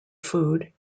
food